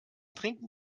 trinken